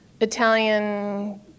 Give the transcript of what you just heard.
Italian